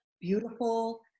beautiful